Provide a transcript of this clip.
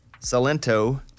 Salento